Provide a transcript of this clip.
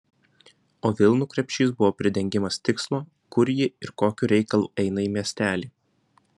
o vilnų krepšys buvo pridengimas tikslo kur ji ir kokiu reikalu eina į miestelį